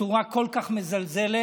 בצורה כל כך מזלזלת.